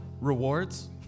rewards